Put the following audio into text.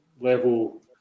level